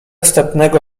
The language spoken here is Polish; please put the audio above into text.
wstępnego